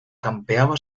campeaba